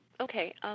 Okay